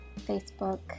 Facebook